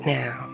now